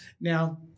Now